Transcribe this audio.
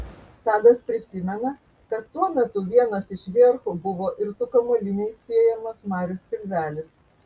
tadas prisimena kad tuo metu vienas iš verchų buvo ir su kamuoliniais siejamas marius pilvelis